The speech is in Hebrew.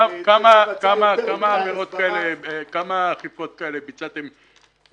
כמה אכיפה כזאת ביצעתם